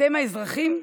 אתם אזרחים?